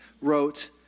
wrote